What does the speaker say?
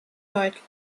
deutlich